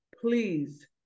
please